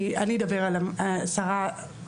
אני אדבר על השרה.